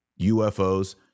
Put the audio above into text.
UFOs